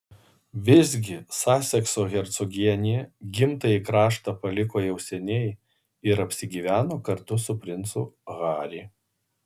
visgi sasekso hercogienė gimtąjį kraštą paliko jau seniai ir apsigyveno kartu su princu harry